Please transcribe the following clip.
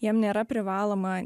jiem nėra privaloma